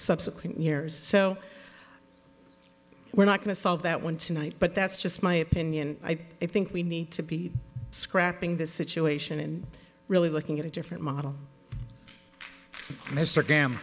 subsequent years so we're not going to solve that one tonight but that's just my opinion i think we need to be scrapping the situation and really looking at a different model mr